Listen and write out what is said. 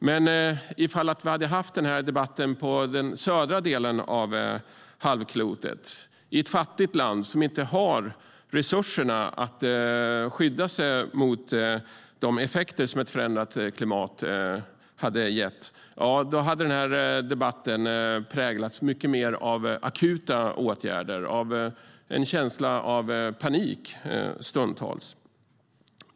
Men ifall vi hade haft den här debatten på södra halvklotet, i ett fattigt land som inte har resurserna att skydda sig mot de effekter som ett förändrat klimat ger, hade debatten präglats mycket mer av akuta åtgärder - stundtals av en känsla av panik.